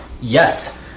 Yes